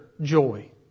joy